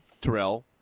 Terrell